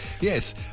Yes